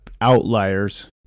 outliers